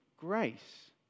Grace